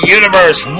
universe